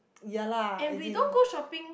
ya lah as in